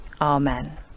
Amen